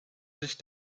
sich